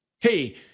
hey